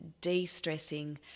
de-stressing